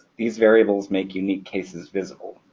these variables make unique cases visible.